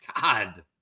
God